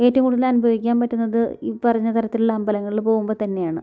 ഏറ്റവും കൂടുതൽ അനുഭവിക്കാൻ പറ്റുന്നത് ഈ പറഞ്ഞ തരത്തിലുള്ള അമ്പലങ്ങളിൽ പോവുമ്പോൾ തന്നെയാണ്